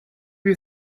you